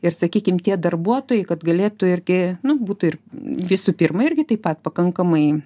ir sakykim tie darbuotojai kad galėtų irgi nu būtų ir visų pirma irgi taip pat pakankamai